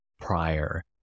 Prior